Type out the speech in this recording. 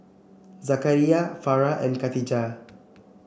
Zakaria Farah and Khatijah